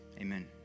amen